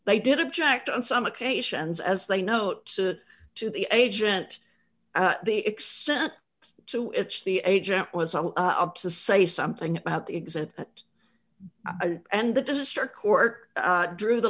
they did object on some occasions as they note to the agent the extent to which the agent was up to say something about the exam and the district court drew the